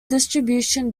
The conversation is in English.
distribution